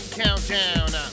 countdown